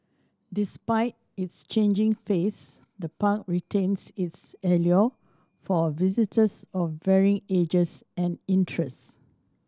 despite its changing face the park retains its allure for visitors of varying ages and interests